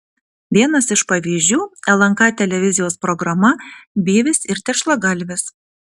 vienas iš pavyzdžių lnk televizijos programa byvis ir tešlagalvis